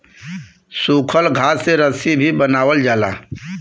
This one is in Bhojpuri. सूखल घास से रस्सी भी बनावल जाला